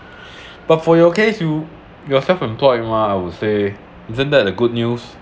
but for your case you you're self employed mah I would say isn't that a good news